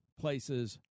places